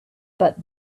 but